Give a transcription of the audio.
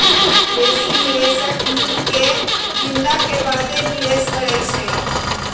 बेशी निवेशक यील्ड के गिनला के बादे निवेश करइ छै